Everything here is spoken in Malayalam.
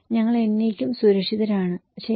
ഞങ്ങൾ എന്നേക്കും സുരക്ഷിതരാണ് ശരി